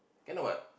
cannot what